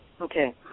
Okay